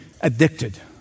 addicted